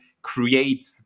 create